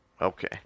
Okay